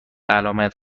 علامت